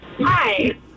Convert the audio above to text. Hi